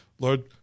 Lord